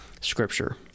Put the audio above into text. scripture